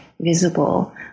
visible